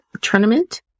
tournament